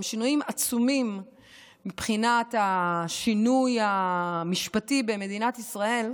הם שינויים עצומים מבחינת השינוי המשפטי במדינת ישראל,